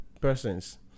persons